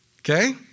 Okay